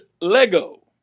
lego